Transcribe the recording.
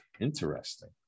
Interesting